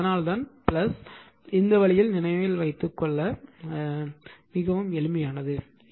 எனவே அதனால்தான் இந்த வழியில் நினைவில் வைத்துக் கொள்ள விரும்பினால் இது மிகவும் எளிமையானவை